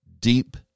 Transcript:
deep